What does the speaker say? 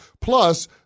Plus